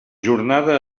jornada